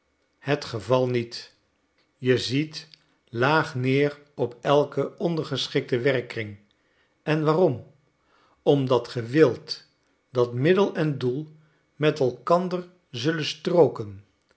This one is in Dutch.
het geval niet je ziet laag neer op elken ondergeschikten werkkring en waarom omdat ge wilt dat middel en doel met elkander zullen strooken